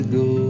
go